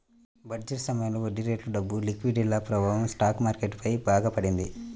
budget సమయంలో వడ్డీరేట్లు, డబ్బు లిక్విడిటీల ప్రభావం స్టాక్ మార్కెట్ పై బాగా పడింది